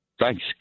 Thanks